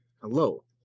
Hello